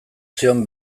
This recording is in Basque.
zion